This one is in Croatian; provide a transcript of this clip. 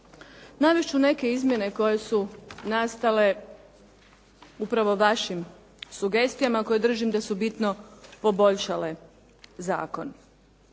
Navest ću neke izmjene koje su nastale upravo vašim sugestijama koje držim da su bitno poboljšale zakon.